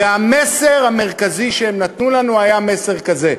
והמסר המרכזי שהם נתנו לנו היה מסר כזה: